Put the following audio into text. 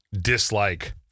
dislike